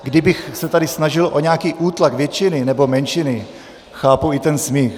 Kdybych se tady snažil o nějaký útlak většiny nebo menšiny, chápu i ten smích.